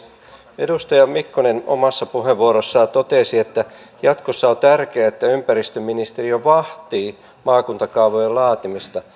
edustaja mikkonen omassa puheenvuorossaan totesi että jatkossa on tärkeää että ympäristöministeriö vahtii maakuntakaavojen laatimista